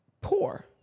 poor